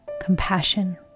compassion